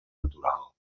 natural